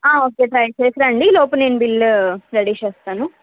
okay trial చేసి రండి ఈ లోపు నేను బిల్లు రెడీ చేస్తాను